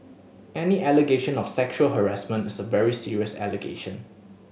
any allegation of sexual harassment is a very serious allegation